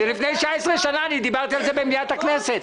לפני 19 שנים דיברתי על זה במליאת הכנסת.